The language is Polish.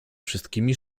wszystkimi